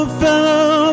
fellow